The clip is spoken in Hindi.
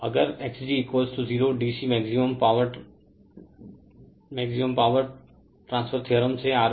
अगर Xg 0 DCmaximum maximum power transfer theorem से RLRg हैं